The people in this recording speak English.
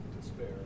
Despair